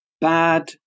bad